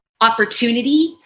opportunity